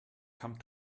come